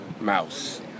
Mouse